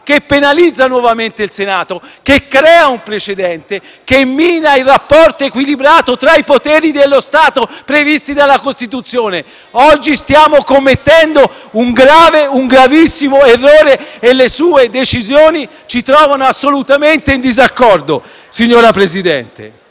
e penalizza nuovamente il Senato, crea un precedente e mina il rapporto equilibrato tra i poteri dello Stato previsto dalla Costituzione. Oggi stiamo commettendo un grave, gravissimo errore e le sue decisioni ci trovano assolutamente in disaccordo. Dopodiché,